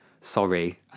sorry